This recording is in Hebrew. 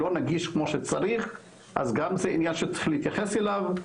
לא נגיש כמו שצריך וגם זה עניין שצריך להתייחס אליו.